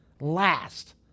last